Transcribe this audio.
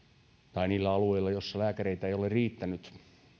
tai niillä alueilla joilla lääkäreitä ei ole riittänyt